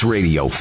Radio